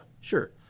Sure